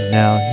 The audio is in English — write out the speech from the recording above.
now